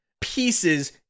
pieces